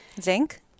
zinc